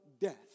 death